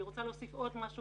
אני רוצה להוסיף עוד משהו